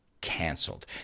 canceled